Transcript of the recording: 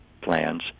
plans